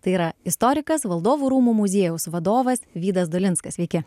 tai yra istorikas valdovų rūmų muziejaus vadovas vydas dolinskas sveiki